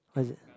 what is it